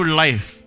life